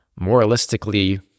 moralistically